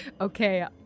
Okay